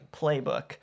playbook